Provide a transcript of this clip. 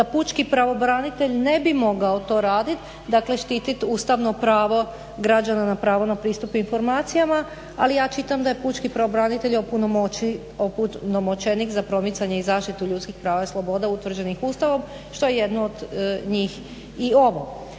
da pučki pravobranitelj ne bi mogao to raditi dakle štiti ustavno pravo građanina na pravo na pristup informacijama ali ja čitam da je pučki pravobranitelj opunomoćenik za promicanje i zaštitu ljudskih prava i sloboda utvrđenih Ustavom što je jedno od njih i ovo.